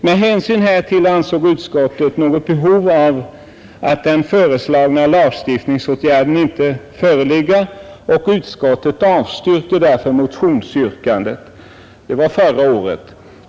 Med hänsyn härtill ansåg utskottet något behov av den föreslagna lagstiftningsåtgärden inte föreligga, och utskottet avstyrkte därför motionsyrkandet.” Det var förra året.